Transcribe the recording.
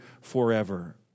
forever